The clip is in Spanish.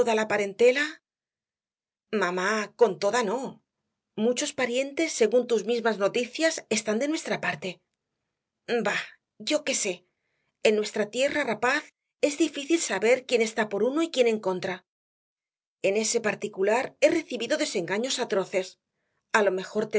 la parentela mamá con toda no muchos parientes según tus mismas noticias están de nuestra parte bah yo qué sé en nuestra tierra rapaz es difícil saber quién está por uno y quién en contra en ese particular he recibido desengaños atroces a lo mejor